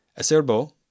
Acerbo